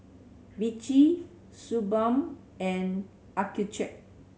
Vichy Suu Balm and Accucheck